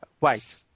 Wait